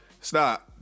stop